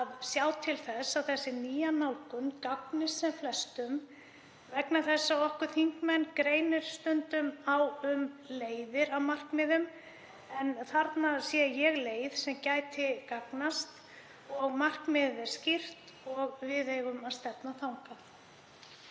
að sjá til þess að þessi nýja nálgun gagnist sem flestum. Okkur þingmenn greinir stundum á um leiðir að markmiðum en þarna sé ég leið sem gæti gagnast og markmiðið er skýrt og við eigum að stefna þangað.